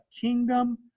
kingdom